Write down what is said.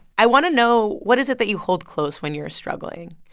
i want to know what is it that you hold close when you're struggling?